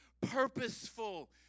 purposeful